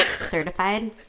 certified